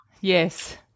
Yes